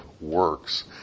works